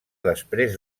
després